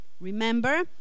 remember